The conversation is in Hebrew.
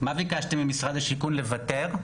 מה ביקשתם ממשרד השיכון לוותר,